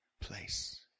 place